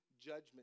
judgment